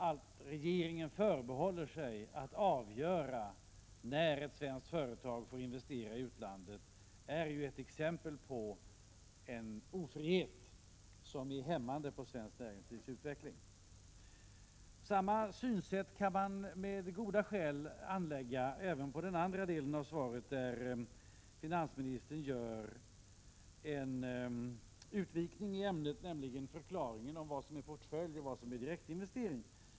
Att regeringen förbehåller sig att avgöra när ett svenskt företag får investera i utlandet är ett exempel på en ofrihet som är hämmande på svenskt näringslivs utveckling. Samma synsätt kan man med goda skäl anlägga även på den andra delen av svaret, där finansministern gör en utvidgning i ämnet, nämligen en förklaring av vad som är portföljinvestering och vad som är direktinvestering.